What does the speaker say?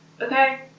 Okay